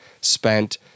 spent